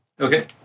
Okay